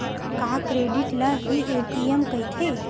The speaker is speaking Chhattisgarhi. का क्रेडिट ल हि ए.टी.एम कहिथे?